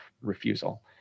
refusal